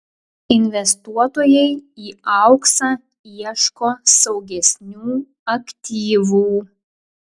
investuotojai į auksą ieško saugesnių aktyvų